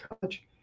college